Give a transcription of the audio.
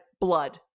blood